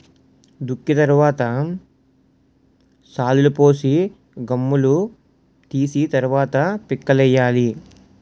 దుక్కి తరవాత శాలులుపోసి గుమ్ములూ తీసి తరవాత పిక్కలేయ్యాలి